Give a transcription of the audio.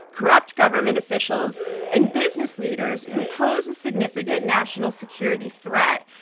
corrupt government officials and business leaders who pose a significant national security threat.